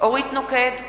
אורית נוקד,